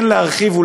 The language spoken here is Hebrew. כן להרחיב,